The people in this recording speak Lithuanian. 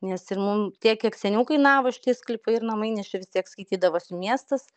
nes ir mum tiek kiek seniau kainavo šitie sklypai ir namai nes čia vis tiek skaitydavosi miestas